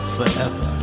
forever